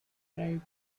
mean